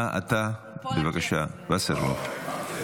אה, אתה, בבקשה, וסרלאוף.